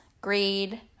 greed